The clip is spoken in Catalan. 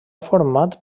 format